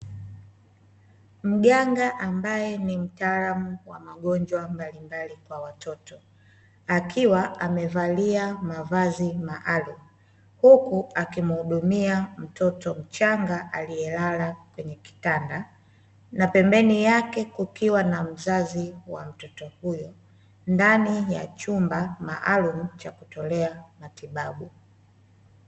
Mganga ambaye ni mtaalamu wa magonjwa mbalimbali kwa watoto, akiwa amevalia mavazi maalumu. Huku akimhudumia mtoto mchanga aliyelala kwenye kitanda. Na pembeni yake kukiwa na mzazi wa mtoto huyo, ndani ya chumba maalumu cha kutolea matibabu.